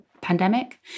pandemic